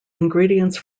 ingredients